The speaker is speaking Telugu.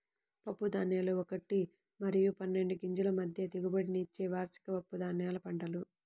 పప్పుధాన్యాలు ఒకటి మరియు పన్నెండు గింజల మధ్య దిగుబడినిచ్చే వార్షిక పప్పుధాన్యాల పంటలు